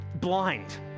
blind